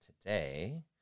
today